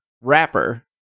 wrapper